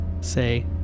say